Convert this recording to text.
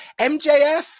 MJF